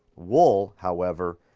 wool, however,